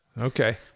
Okay